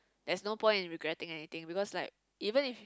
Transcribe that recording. there's no point in regretting anything because like even if